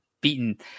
beaten